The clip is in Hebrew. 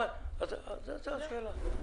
אז זו השאלה.